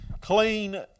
clean